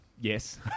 Yes